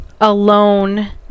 alone